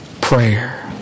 prayer